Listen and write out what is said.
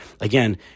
again